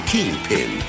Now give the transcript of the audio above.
Kingpin